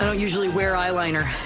ah usually wear eyeliner.